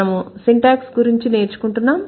మనము సింటాక్స్ గురించి నేర్చుకుంటున్నాం